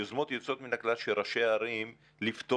יוזמות יוצאות מן הכלל של ראשי הערים לפתור